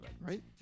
right